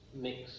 mix